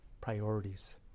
priorities